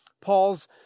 Paul's